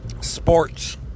Sports